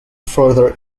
further